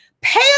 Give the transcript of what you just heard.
Pay